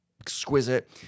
exquisite